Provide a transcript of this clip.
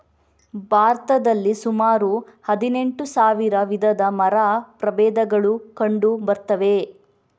ಭಾರತದಲ್ಲಿ ಸುಮಾರು ಹದಿನೆಂಟು ಸಾವಿರ ವಿಧದ ಮರ ಪ್ರಭೇದಗಳು ಕಂಡು ಬರ್ತವೆ